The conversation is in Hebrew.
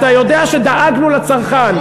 ואתה יודע, ואתה יודע שדאגנו לצרכן.